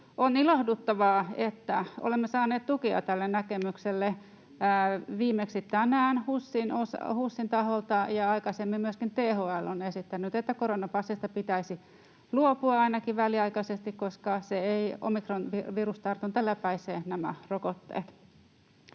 On ilahduttavaa, että olemme saaneet tukea tälle näkemykselle viimeksi tänään HUSin taholta, ja aikaisemmin myöskin THL on esittänyt, että koronapasseista pitäisi luopua ainakin väliaikaisesti, koska omikronvirustartunta läpäisee nämä rokotteet.